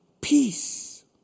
Peace